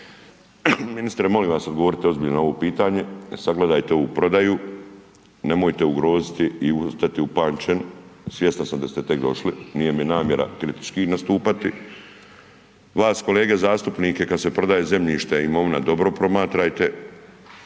Ministra molim vas odgovorite ozbiljno na ovo pitanje, sagledajte ovu prodaju, nemojte ugroziti i ostati upamćen, svjestan sam da ste tek došli, nije mi namjera kritički nastupati. Vas kolege zastupnike kad se prodaje zemljište, imovina, dobro promatrajte.